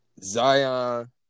Zion